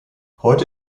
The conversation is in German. heute